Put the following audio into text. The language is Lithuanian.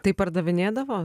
tai pardavinėdavo